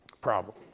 problem